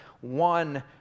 one